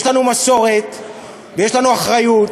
יש לנו מסורת ויש לנו אחריות,